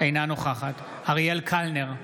אינה נוכחת אריאל קלנר,